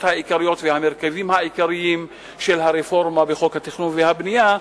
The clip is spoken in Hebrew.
העיקריות והמרכיבים העיקריים של הרפורמה בחוק התכנון והבנייה,